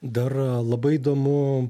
dar labai įdomu